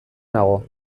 nago